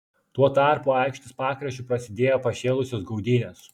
tuo tarpu aikštės pakraščiu prasidėjo pašėlusios gaudynės